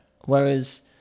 whereas